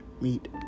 meet